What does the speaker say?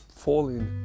Falling